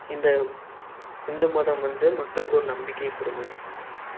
இந்த இந்து மதம் வந்து மக்களுக்கு ஒரு நம்பிக்கையை கொடுக்குது